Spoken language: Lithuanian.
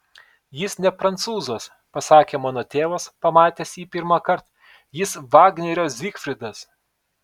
jis ne prancūzas pasakė mano tėvas pamatęs jį pirmąkart jis vagnerio zygfridas